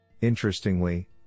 Interestingly